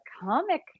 comic